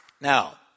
Now